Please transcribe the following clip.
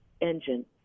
engine